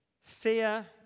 Fear